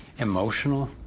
emotional,